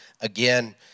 Again